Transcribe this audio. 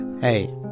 hey